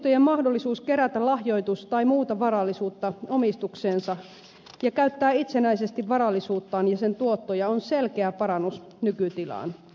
yliopistojen mahdollisuus kerätä lahjoitus tai muuta varallisuutta omistukseensa ja käyttää itsenäisesti varallisuuttaan ja sen tuottoja on selkeä parannus nykytilaan